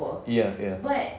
ya ya